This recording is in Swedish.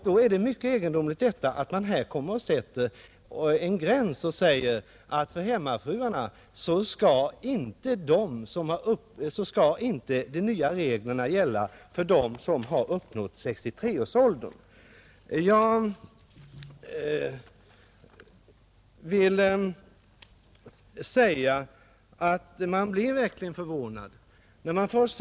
Då är det mycket egendomligt att man här sätter en gräns och säger att de nya reglerna inte skall gälla för hemmafruar som uppnått 63 års ålder. Jag är verkligen förvånad.